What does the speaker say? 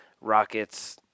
Rockets